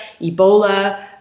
Ebola